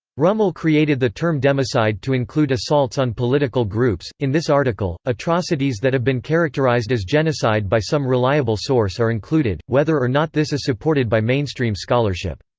rummel created the term democide to include assaults on political groups in this article, atrocities that have been characterized as genocide by some reliable source are included, whether or not this is supported by mainstream scholarship.